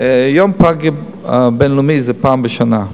יום הפג הבין-לאומי זה פעם בשנה.